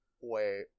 Wait